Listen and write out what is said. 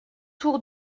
tour